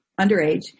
underage